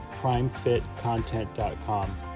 primefitcontent.com